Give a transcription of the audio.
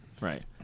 Right